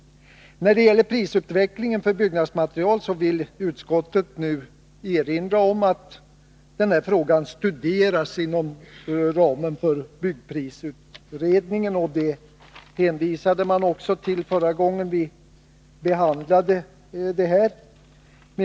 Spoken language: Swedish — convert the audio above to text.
När det gäller prisutvecklingen för byggnadsmaterial vill utskottet nu erinra om att den frågan studeras inom ramen för byggprisutredningen. Det hänvisade man till också förra gången när vi behandlade frågan.